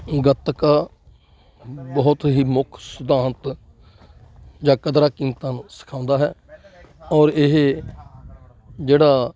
ਗੱਤਕਾ ਬਹੁਤ ਹੀ ਮੁੱਖ ਸਿਧਾਂਤ ਜਾਂ ਕਦਰਾਂ ਕੀਮਤਾਂ ਨੂੰ ਸਿਖਾਉਂਦਾ ਹੈ ਔਰ ਇਹ ਜਿਹੜਾ